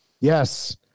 Yes